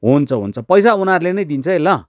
हुन्छ हुन्छ पैसा उनीहरूले नै दिन्छ है ल